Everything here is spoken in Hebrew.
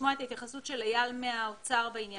לשמוע את ההתייחסות של אייל מהאוצר בעניין הזה.